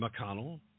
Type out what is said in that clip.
McConnell